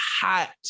hot